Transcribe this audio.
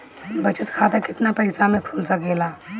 बचत खाता केतना पइसा मे खुल सकेला?